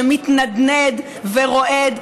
שמתנדנד ורועד.